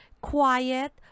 Quiet